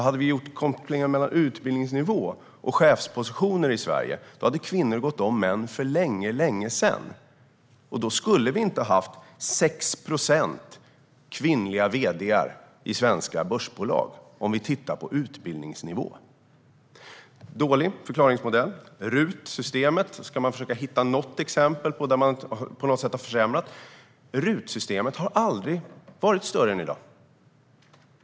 Hade vi gjort kopplingen mellan utbildningsnivå och chefspositioner i Sverige hade kvinnor gått om män för länge sedan. Om det handlar om utbildningsnivå skulle vi inte ha haft 6 procent kvinnliga vd:ar i svenska börsbolag. Det är alltså en dålig förklaringsmodell. När det gäller RUT-systemet försöker man hitta något exempel på där det på något sätt har försämrats. RUT-systemet har aldrig varit större än i dag.